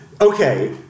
Okay